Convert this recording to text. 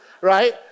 right